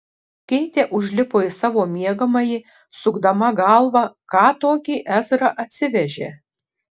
keitė užlipo į savo miegamąjį sukdama galvą ką tokį ezra atsivežė